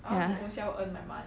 ya